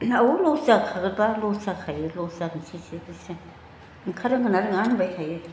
औ लस जाखागोन लस जाखायो लस जानोसैसो बेसे ओंखारनो रोंगोन ना रोङा होनबाय थायो